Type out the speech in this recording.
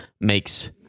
makes